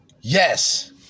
Yes